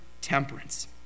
temperance